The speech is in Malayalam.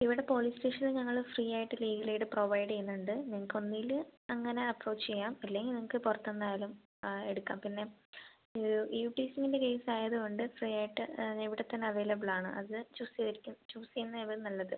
ഇവിടെ പോലീസ് സ്റ്റേഷൻൽ ഞങ്ങൾ ഫ്രീയായിട്ട് പ്രൊവൈഡ് ചെയ്യുന്നുണ്ട് നിങ്ങൾക്കൊന്നേൽ അങ്ങനെ അപ്പ്രോച്ച് ചെയ്യാം അല്ലെങ്കിൽ നിങ്ങൾക്ക് പുറത്തുന്നായാലും എടുക്കാം പിന്നെ ഇതൊരു ഈവ് ടീസിംഗിൻ്റെ കേസായത് കൊണ്ട് ഫ്രീയായിട്ട് ഇവിടെത്തന്നെ അവൈലബിളാണ് അത് ചൂസ് ചെയ്തിരിക്കും ചൂസ് ചെയ്യുന്നയാവും നല്ലത്